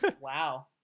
Wow